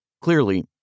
Clearly